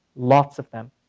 lots of them.